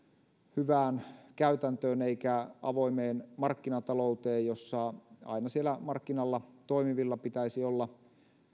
hyvään käytäntöön eikä avoimeen markkinatalouteen jossa aina siellä markkinoilla toimivilla pitäisi olla